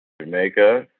Jamaica